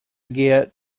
get